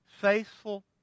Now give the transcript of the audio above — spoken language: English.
faithful